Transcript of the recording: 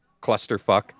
clusterfuck